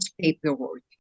paperwork